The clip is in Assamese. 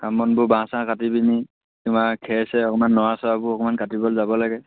কাম বনবোৰ বাঁহ চাহ কাটি পিনি বা খেৰ চেৰ অকমান নৰা চৰাবোৰ অকণমান কাটিবলৈ যাব লাগে